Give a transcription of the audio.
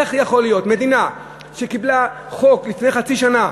איך יכול להיות שמדינה שקיבלה חוק לפני חצי שנה,